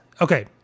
okay